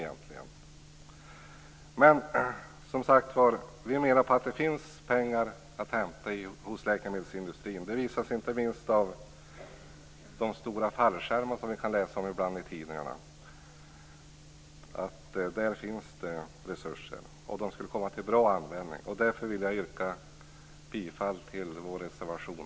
Vi menar som sagt att det finns pengar att hämta hos läkemedelsindustrin. Det visar inte minst de stora fallskärmar som vi ibland kan läsa om i tidningarna. Där finns det resurser. De skulle komma till bra användning. Därför vill jag yrka bifall till vår reservation